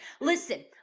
Listen